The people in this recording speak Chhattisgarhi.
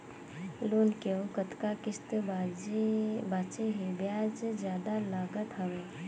लोन के अउ कतका किस्त बांचें हे? ब्याज जादा लागत हवय,